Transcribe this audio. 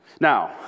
Now